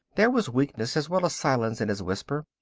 there was weakness as well as silence in his whisper.